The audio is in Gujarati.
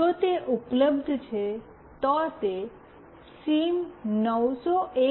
જો તે ઉપલબ્ધ છે તો તે સિમ900એ